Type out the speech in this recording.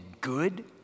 good